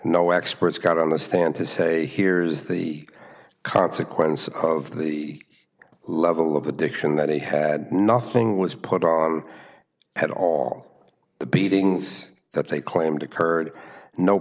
no experts got on the stand to say here's the consequences of the level of addiction that he had nothing was put on at all the beatings that they claimed occurred no